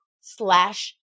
slash